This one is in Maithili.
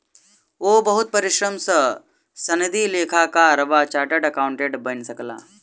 ओ बहुत परिश्रम सॅ सनदी लेखाकार वा चार्टर्ड अकाउंटेंट बनि सकला